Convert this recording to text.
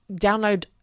download